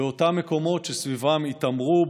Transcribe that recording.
באותם מקומות שסביבם התעמרו,